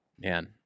Man